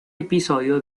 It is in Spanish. episodio